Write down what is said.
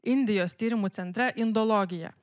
indijos tyrimų centre indologiją